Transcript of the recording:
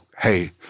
hey